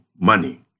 money